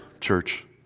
church